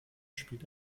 spielt